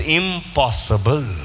impossible